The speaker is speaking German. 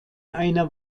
einer